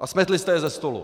a smetli jste je ze stolu.